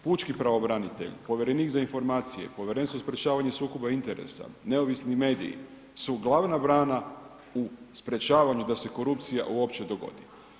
Pučki pravobranitelj, povjerenik za informacije, Povjerenstvo za sprječavanje sukoba interesa, neovisni mediji su glavna brana u sprječavanju da se korupcija uopće dogodi.